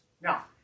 Now